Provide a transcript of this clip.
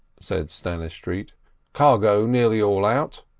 said stannistreet cargo nearly all out.